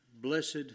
Blessed